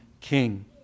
king